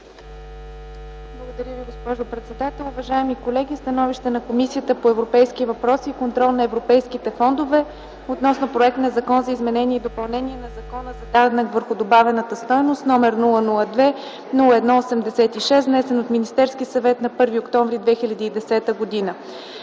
Благодаря Ви, госпожо председател. Уважаеми колеги, „СТАНОВИЩЕ на Комисията по европейските въпроси и контрол на европейските фондове относно проект на Закон за изменение и допълнение на Закона за данък върху добавената стойност, № 002-01-86, внесен от Министерския съвет на 1 октомври 2010 г.